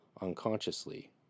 unconsciously